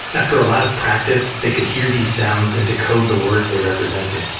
after a lot of practice, they could hear these sounds and decode the words they represented,